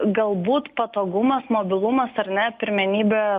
galbūt patogumas mobilumas ar ne pirmenybė